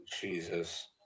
Jesus